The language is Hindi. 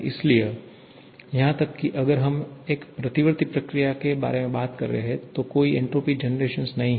इसलिए यहां तक कि अगर हम एक प्रतिवर्ती प्रक्रिया के बारे में बात कर रहे हैं तो कोई एन्ट्रापी जनरेशन नहीं है